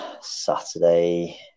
Saturday